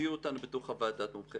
בתור חוות דעת מומחה.